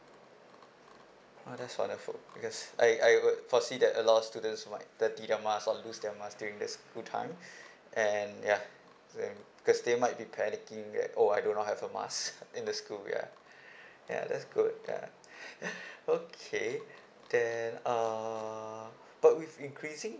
orh that's what I thought because I I would foresee there're a lot of students might dirty their mask or lose their mask during the school time and ya then because they might be panicking and oh I don't have a mask in the school yeah yeah that's good yeah okay then um but with increasing